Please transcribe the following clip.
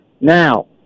now